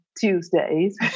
Tuesdays